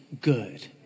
good